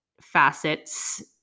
facets